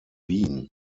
wien